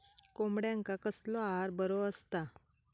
कोंबड्यांका कसलो आहार बरो असता?